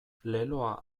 leloa